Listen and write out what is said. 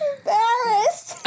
Embarrassed